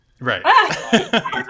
Right